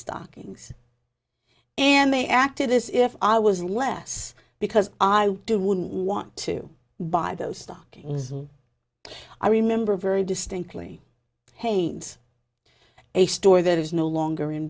stockings and they acted as if i was less because i too would want to buy those stockings i remember very distinctly hanes a store that is no longer in